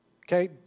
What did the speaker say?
Okay